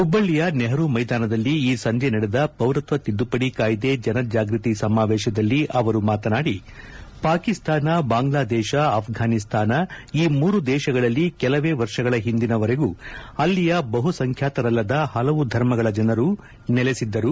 ಹುಬ್ಬಳ್ಳಿಯ ನೆಹರೂ ಮೈದಾನದಲ್ಲಿ ಈ ಸಂಜೆ ನಡೆದ ಪೌರತ್ವ ತಿದ್ದುಪಡಿ ಕಾಯ್ದೆ ಜನಜಾಗೃತಿ ಸಮಾವೇಶದಲ್ಲಿ ಅವರು ಮಾತನಾಡಿ ಪಾಕಿಸ್ತಾನ ಬಾಂಗ್ಲಾದೇಶ ಅಭ್ವಾನಿಸ್ತಾನ ಈ ಮೂರು ದೇಶಗಳಲ್ಲಿ ಕೆಲವೇ ವರ್ಷಗಳ ಹಿಂದಿನವರೆಗೂ ಅಲ್ಲಿಯ ಬಹುಸಂಖ್ಯಾತರಲ್ಲದ ಪಲವು ಧರ್ಮಗಳ ಜನರು ನೆಲೆಸಿದ್ದರು